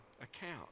account